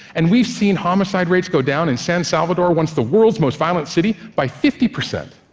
and we've seen homicide rates go down in san salvador, once the world's most violent city, by fifty percent.